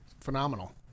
Phenomenal